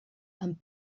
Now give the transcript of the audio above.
amb